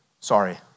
sorry